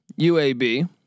UAB